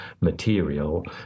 material